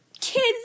kids